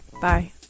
Bye